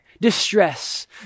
distress